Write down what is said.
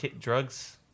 drugs